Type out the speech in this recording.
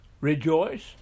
rejoice